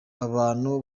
abantu